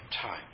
time